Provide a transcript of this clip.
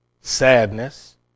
sadness